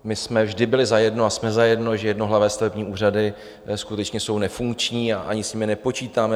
My jsme vždy byli zajedno a jsme zajedno, že jednohlavé stavební úřady skutečně jsou nefunkční a ani s nimi nepočítáme.